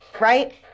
right